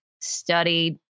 Studied